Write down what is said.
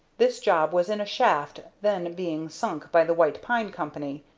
this job was in a shaft then being sunk by the white pine company,